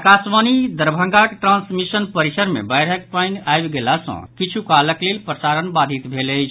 आकाशवाणी दरभंगाक ट्रांसमिशन परिसर मे बाढ़िक पानि आबि गेला सँ किछु कालक लेल प्रसारण बाधित भेल अछि